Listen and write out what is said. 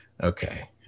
Okay